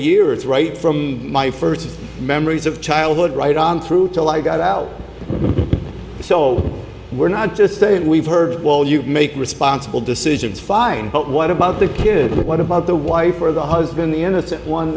it's right from my first memories of childhood right on through till i got out so we're not just saying we've heard while you make responsible decisions five but what about the kid what about the wife or the husband the innocent one